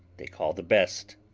they call the best.